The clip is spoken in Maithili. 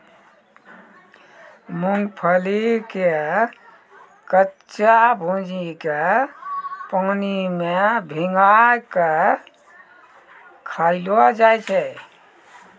मूंगफली के कच्चा भूजिके पानी मे भिंगाय कय खायलो जाय छै